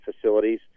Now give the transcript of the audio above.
facilities